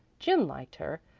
jim liked her,